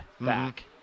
back